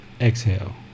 exhale